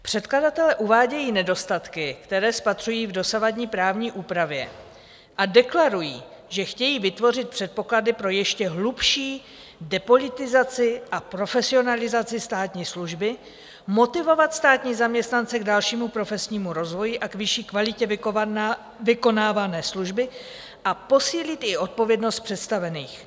Předkladatelé uvádějí nedostatky, které spatřují v dosavadní právní úpravě, a deklarují, že chtějí vytvořit předpoklady pro ještě hlubší depolitizaci a profesionalizaci státní služby, motivovat státní zaměstnance k dalšímu profesnímu rozvoji a k vyšší kvalitě vykonávané služby a posílit i odpovědnost představených.